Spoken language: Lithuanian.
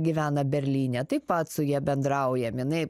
gyvena berlyne taip pat su ja bendrauja jinai